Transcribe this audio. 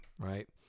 right